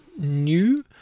new